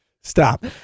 Stop